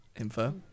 info